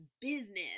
business